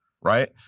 right